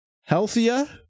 healthier